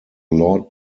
lord